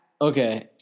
Okay